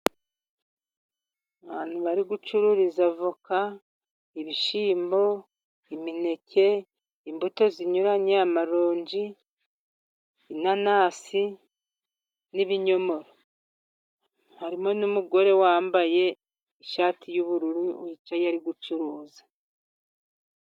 Abantu bari gucururiza voka, ibishyimbo, imineke, imbuto zinyuranye amaronji, inanasi n'ibinyomoro, harimo n'umugore wambaye ishati y'ubururu wicaye ari gucuruza.